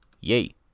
yay